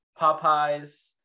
Popeye's